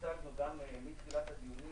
והצגנו גם מתחילת הדיונים,